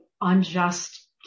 unjust